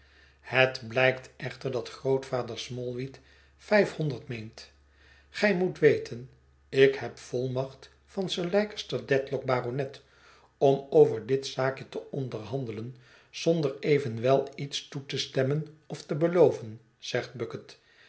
het blijkt echter dat grootvader smallweed vijfhonderd meent gij moet weten ik heb volmacht van sir leicester dedlock baronet om over dit zaakje te onderhandelen zonder evenwel iets toe te stemmen of te beloven zegt bucket